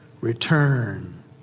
Return